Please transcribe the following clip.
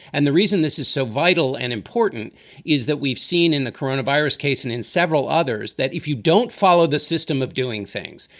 and the reason this is so vital and important is that we've seen in the coronavirus case and in several others that if you don't follow the system of doing things,